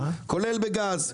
כולל בגז.